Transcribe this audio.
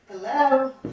Hello